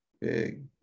big